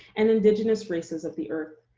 and indigenous races of the earth,